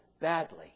badly